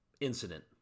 incident